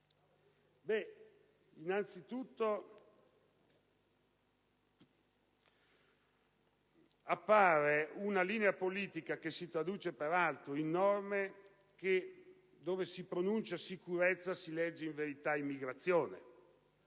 Innanzitutto appare una linea politica, che si traduce peraltro in norme, che, dove si pronuncia sicurezza, si legge in verità immigrazione,